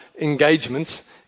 engagements